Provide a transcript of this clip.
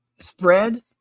spread